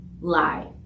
lie